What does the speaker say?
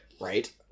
right